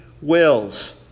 wills